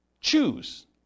choose